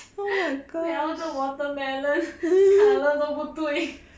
mel 的 watermelon colour 都不对